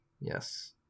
Yes